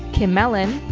kim mellon,